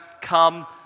come